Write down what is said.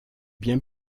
bien